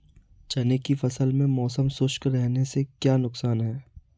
चने की फसल में मौसम शुष्क रहने से क्या नुकसान है?